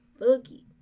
Boogie